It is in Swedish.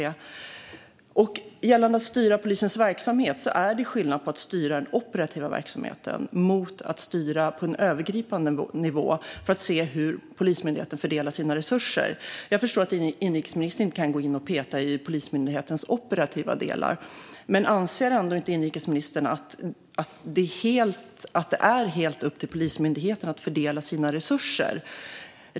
Sedan var det frågan om att styra polisens verksamhet. Det är skillnad på att styra den operativa verksamheten mot att styra på en övergripande nivå för att se hur Polismyndigheten fördelar sina resurser. Jag förstår att inrikesministern inte kan peta i Polismyndighetens operativa delar, men anser inrikesministern att det är helt upp till Polismyndigheten att fördela sina resurser?